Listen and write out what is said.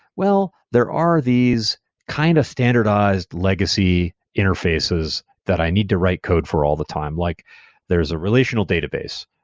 well, there are these kind of standardized legacy interfaces that i need to write code for all the time, like there is a relational database,